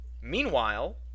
Meanwhile